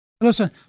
Listen